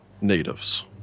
natives